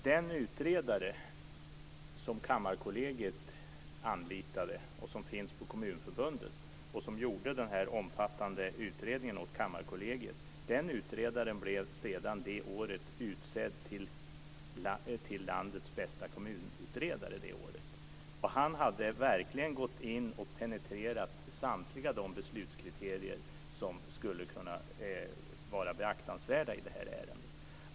Den utredare som Kammarkollegiet anlitade, som finns på Kommunförbundet, för att göra den här omfattande utredningen blev det året utsedd till landets bästa kommunutredare. Han hade verkligen penetrerat samtliga de beslutkriterier som skulle kunna vara beaktansvärda i det här ärendet.